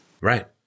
Right